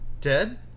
Dead